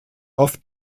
oft